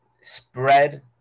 spread